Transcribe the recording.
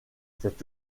cet